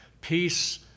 peace